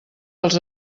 dels